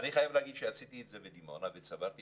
אני חייב שעשיתי את זה בדימונה וצברתי